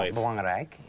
belangrijk